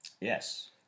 Yes